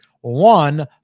one